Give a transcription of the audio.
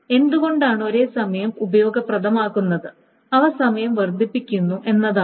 എന്തുകൊണ്ടാണ് ഒരേസമയം ഉപയോഗപ്രദമാകുന്നത് അവ സമയം വർദ്ധിപ്പിക്കുന്നു എന്നതാണ്